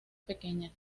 pequeñas